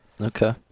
okay